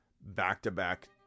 back-to-back